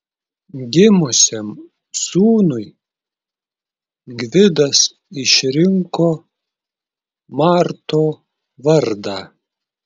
gimusiam sūnui gvidas išrinko marto vardą